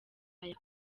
aya